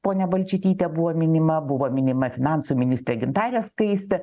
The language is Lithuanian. ponia balčytytė buvo minima buvo minima finansų ministrė gintarė skaistė